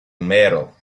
metal